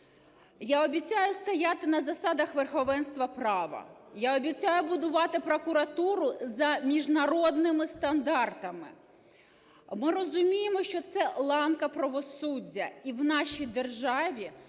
Я обіцяю стояти на засадах верховенства права. Я обіцяю будувати прокуратуру за міжнародними стандартами. Ми розуміємо, що це ланка правосуддя, і в нашій державі